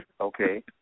okay